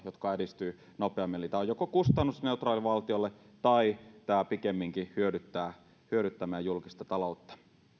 jotka edistyvät nopeammin eli tämä on joko kustannusneutraali valtiolle tai tai tämä pikemminkin hyödyttää meidän julkista taloutta